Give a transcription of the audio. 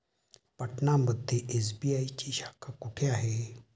पटना मध्ये एस.बी.आय ची शाखा कुठे आहे?